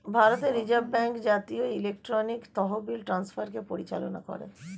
ভারতের reserve bank জাতীয় electronic তহবিল ট্রান্সফারকে পরিচালনা করে